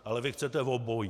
Ale vy chcete obojí.